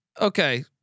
Okay